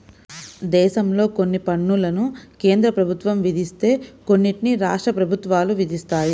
దేశంలో కొన్ని పన్నులను కేంద్ర ప్రభుత్వం విధిస్తే కొన్నిటిని రాష్ట్ర ప్రభుత్వాలు విధిస్తాయి